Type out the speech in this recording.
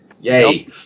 Yay